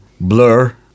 Blur